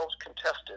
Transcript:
contested